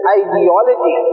ideology